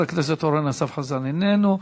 חבר הכנסת אורן אסף חזן, אינו נוכח.